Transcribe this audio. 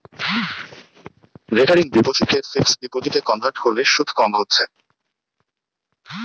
recurring ডিপোসিটকে fixed ডিপোজিটে convert কোরলে শুধ কম হচ্ছে